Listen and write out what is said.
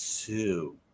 two